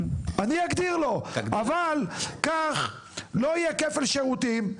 אבל כך לא יהיה כפל שירותים.